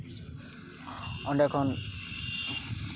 ᱚᱸᱰᱮ ᱠᱷᱚᱱ